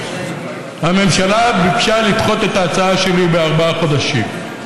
הממשלה ביקשה לדחות את ההצעה שלי בארבעה חודשים.